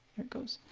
it goes.